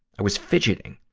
i was fidgeting.